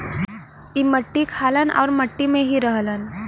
ई मट्टी खालन आउर मट्टी में ही रहलन